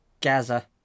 Gaza